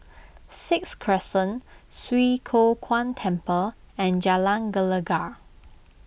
Sixth Crescent Swee Kow Kuan Temple and Jalan Gelegar